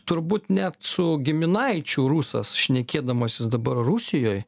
turbūt net su giminaičiu rusas šnekėdamasis dabar rusijoj